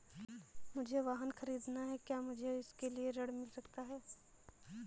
मुझे वाहन ख़रीदना है क्या मुझे इसके लिए ऋण मिल सकता है?